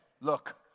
look